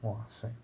!wah! shag